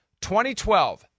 2012